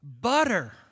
Butter